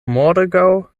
morgaŭ